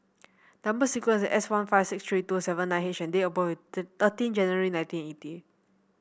number sequence is S one five six three two seven nine H and date of birth is thirteen January nineteen eighty